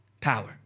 power